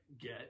get